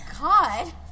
God